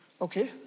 Okay